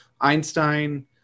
einstein